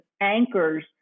anchors